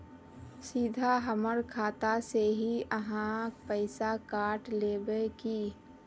सीधा हमर खाता से ही आहाँ पैसा काट लेबे की?